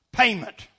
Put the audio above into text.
payment